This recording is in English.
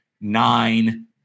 nine